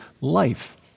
life